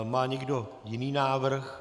Má někdo jiný návrh?